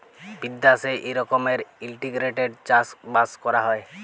বিদ্যাশে ই রকমের ইলটিগ্রেটেড চাষ বাস ক্যরা হ্যয়